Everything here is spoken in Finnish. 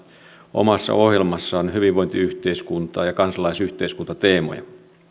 omassa ohjelmassaan hyvinvointiyhteiskuntaa ja kansalaisyhteiskuntateemoja